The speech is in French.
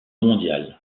mondiale